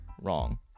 wrong